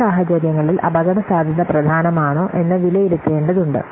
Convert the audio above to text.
ചില സാഹചര്യങ്ങളിൽ അപകടസാധ്യത പ്രധാനമാണോ എന്ന് വിലയിരുത്തേണ്ടതുണ്ട്